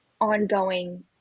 ongoing